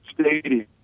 Stadium